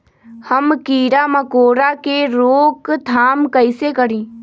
हम किरा मकोरा के रोक थाम कईसे करी?